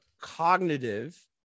cognitive